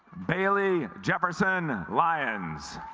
bailey jefferson lions